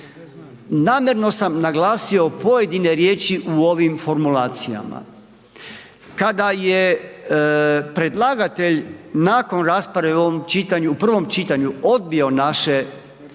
Namjerno sam naglasio pojedine riječi u ovim formulacijama. Kada je predlagatelj nakon rasprave u prvom čitanju odbio naše